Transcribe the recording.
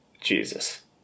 Jesus